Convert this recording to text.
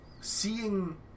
seeing